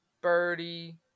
birdie